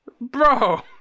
Bro